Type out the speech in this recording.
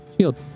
shield